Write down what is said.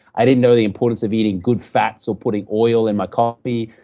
i didn't know the importance of eating good fats or putting oil in my coffee,